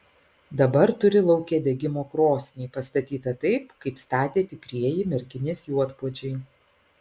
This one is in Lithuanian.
dabar turi lauke degimo krosnį pastatytą taip kaip statė tikrieji merkinės juodpuodžiai